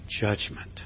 judgment